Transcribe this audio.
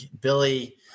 Billy